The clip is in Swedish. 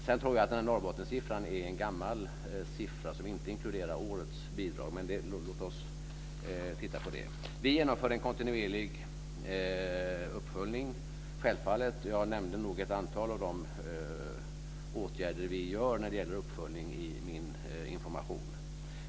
Sedan tror jag att Norrbottenssiffran är en gammal siffra som inte inkluderar årets bidrag, men låt oss titta på det. Vi genomför självfallet en kontinuerlig uppföljning. Jag nämnde i min information ett antal av de åtgärder som vi vidtar när det gäller uppföljning.